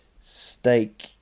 Steak